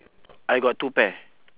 I got two pair